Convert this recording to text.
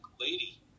lady